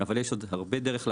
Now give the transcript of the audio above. אבל יש עוד הרבה דרך לעשות.